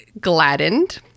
gladdened